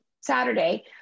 Saturday